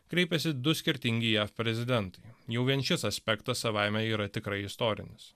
kreipėsi du skirtingi jav prezidentai jau vien šis aspektas savaime yra tikrai istorinis